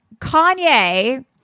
Kanye